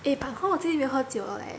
eh but 没有喝酒了 leh